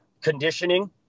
conditioning